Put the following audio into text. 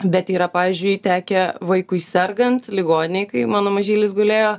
bet yra pavyzdžiui tekę vaikui sergant ligoninėj kai mano mažylis gulėjo